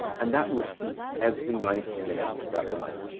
and that repeats every ninety minutes throughout the night.